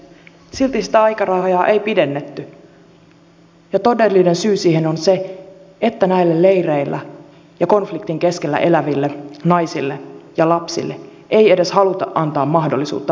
silti sitä aikarajaa ei pidennetty ja todellinen syy siihen on se että näillä leireillä ja konfliktin keskellä eläville naisille ja lapsille ei edes haluta antaa mahdollisuutta päästä turvaan